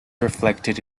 reflected